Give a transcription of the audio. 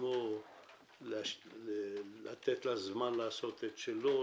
לעצמו לתת לזמן לעשות את שלו,